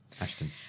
Ashton